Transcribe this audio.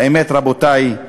האמת, רבותי,